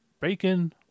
bacon